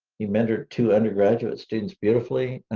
he mentored two undergraduate students beautifully.